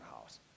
house